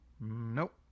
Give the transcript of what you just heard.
Nope